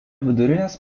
vidurinės